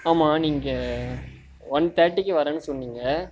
ஆமா நீங்கள் ஒன் தேர்ட்டிக்கு வரேன் சொன்னிங்க